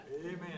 Amen